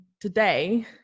today